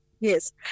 Yes